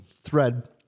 thread